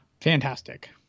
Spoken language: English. Fantastic